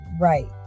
Right